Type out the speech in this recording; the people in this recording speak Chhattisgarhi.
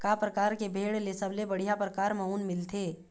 का परकार के भेड़ ले सबले बढ़िया परकार म ऊन मिलथे?